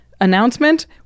announcement